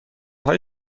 های